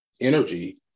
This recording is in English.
energy